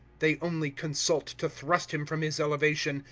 they only consult to thrust him from his elevation,